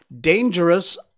Dangerous